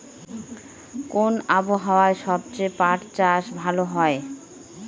কোন আবহাওয়ায় সবচেয়ে পাট চাষ ভালো হয়?